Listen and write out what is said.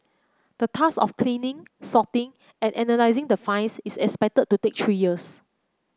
the task of cleaning sorting and analysing the finds is expected to take three years